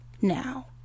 now